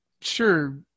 Sure